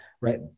right